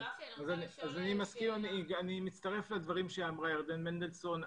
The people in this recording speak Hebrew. אני מצטרף לדברים שאמרה ירדן מנדלסון.